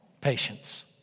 patience